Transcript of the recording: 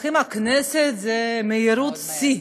במונחי הכנסת זו מהירות שיא,